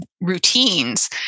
routines